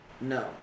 No